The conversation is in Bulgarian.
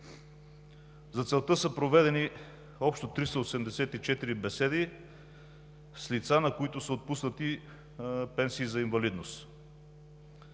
За целта са проведени общо 384 беседи с лица, на които са отпуснати пенсии за инвалидност.